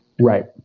Right